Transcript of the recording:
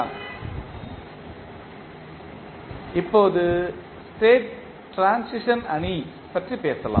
1 இப்போது state transition அணி பற்றி பேசலாம்